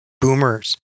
boomers